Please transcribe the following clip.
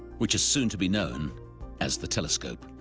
which is soon to be known as the telescope.